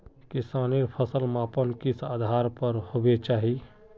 किसानेर फसल मापन किस आधार पर होबे चही?